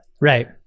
Right